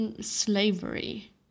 slavery